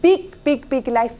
big big big life